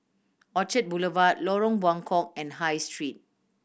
Orchard Boulevard Lorong Buangkok and High Street